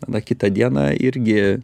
tada kitą dieną irgi